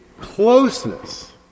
closeness